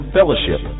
Fellowship